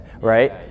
right